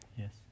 yes